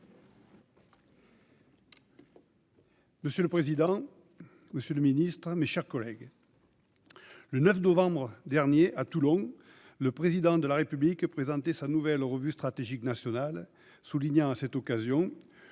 Monsieur le président, monsieur le ministre, mes chers collègues, le 9 novembre dernier, à Toulon, le Président de la République présentait la nouvelle revue stratégique nationale. Il soulignait à cette occasion